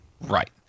Right